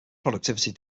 productivity